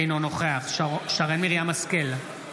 אינו נוכח שרן מרים השכל,